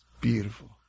Beautiful